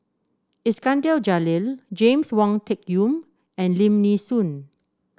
Iskandar Jalil James Wong Tuck Yim and Lim Nee Soon